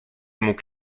mógł